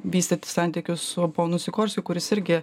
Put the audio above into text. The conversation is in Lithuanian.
vystyti santykius su ponu sikorskiu kuris irgi